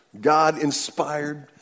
God-inspired